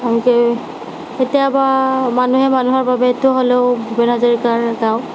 তেনেকৈ কেতিয়াবা মানুহে মানুহৰ বাবেতো হ'লেও ভূপেন হাজৰিকাৰ গাওঁ